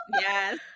yes